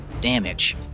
damage